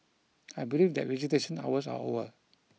I believe that visitation hours are over